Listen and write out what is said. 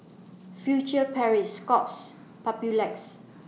future Paris Scott's Papulex